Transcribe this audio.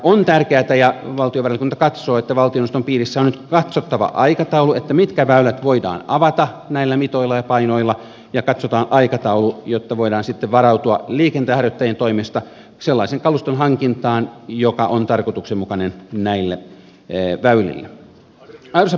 on tärkeätä ja valtiovarainvaliokunta katsoo että valtioneuvoston piirissä on nyt katsottava aikataulu mitkä väylät voidaan avata näillä mitoilla ja painoilla ja katsotaan aikataulu jotta voidaan sitten varautua liikenteenharjoittajien toimesta sellaisen kaluston hankintaan joka on tarkoituksenmukainen näille väylille